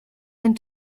and